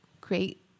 Great